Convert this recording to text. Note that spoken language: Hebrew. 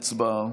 הצבעה.